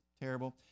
terrible